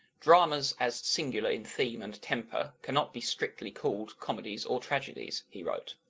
dramas as singular in theme and temper cannot be strictly called comedies or tragedies, he wrote.